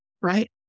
right